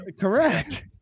Correct